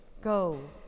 Go